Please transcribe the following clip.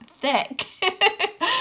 thick